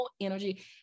energy